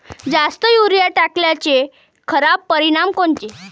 जास्त युरीया टाकल्याचे खराब परिनाम कोनचे?